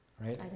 Right